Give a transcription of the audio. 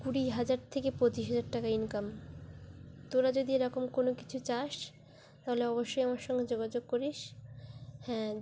কুড়ি হাজার থেকে পঁচিশ হাজার টাকা ইনকাম তোরা যদি এরকম কোনো কিছু চাস তাহলে অবশ্যই আমার সঙ্গে যোগাযোগ করিস হ্যাঁ